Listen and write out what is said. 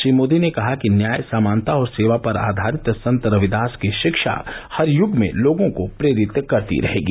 श्री मोदी ने कहा कि न्याय समानता और सेवा पर आधारित संत रविदास की शिक्षा हर युग में लोगों को प्रेरित करती रहेगी